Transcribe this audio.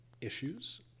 issues